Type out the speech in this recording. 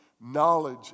knowledge